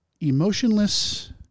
emotionless